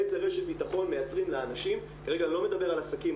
איזה רשת ביטחון מייצרים לאנשים כרגע לא מדבר על עסקים,